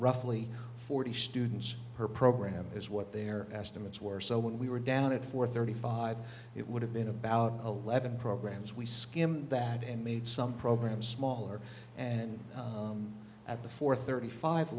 roughly forty students per program is what their estimates were so when we were down at four thirty five it would have been about eleven programs we skimmed that and made some programs smaller and at the four thirty five